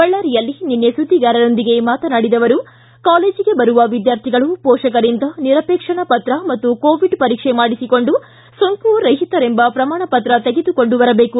ಬಳ್ಳಾರಿಯಲ್ಲಿ ನಿನ್ನೆ ಸುದ್ವಿಗಾರರೊಂದಿಗೆ ಮಾತನಾಡಿದ ಅವರು ಕಾಲೇಜಿಗೆ ಬರುವ ವಿದ್ವಾರ್ಥಿಗಳು ಪೋಷಕರಿಂದ ನಿರಾವೇಕ್ಷಣ ಪತ್ರ ಮತ್ತು ಕೋವಿಡ್ ಪರೀಕ್ಷೆ ಮಾಡಿಸಿಕೊಂಡು ಸೋಂಕು ರಹಿತರೆಂಬ ಪ್ರಮಾಣ ಪತ್ರ ತೆಗೆದುಕೊಂಡು ಬರಬೇಕು